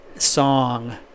song